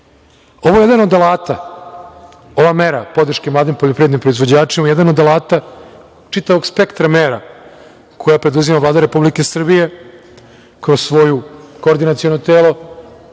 je jedan od alata, ova mera podrške mladim poljoprivrednim proizvođačima, jedan od alata čitavog spektra mera koja preduzima Vlada Republike Srbije kroz svoje koordinaciono telo,